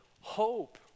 hope